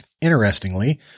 Interestingly